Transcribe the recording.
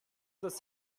das